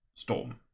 Storm